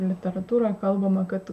literatūroj kalbama kad